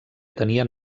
tenien